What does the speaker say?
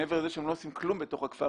מעבר לזה שהם לא עושים כלום בתוך הכפר,